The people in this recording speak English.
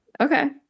Okay